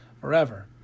forever